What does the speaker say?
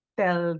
tell